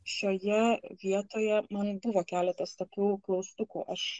šioje vietoje man buvo keletas tokių klaustukų aš